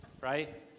right